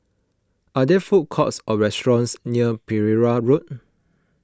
are there food courts or restaurants near Pereira Road